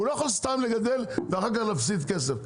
הוא לא יכול סתם לגדל ואחר כך להפסיד כסף.